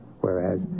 whereas